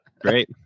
Great